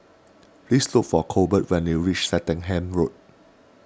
please look for Colbert when you reach Swettenham Road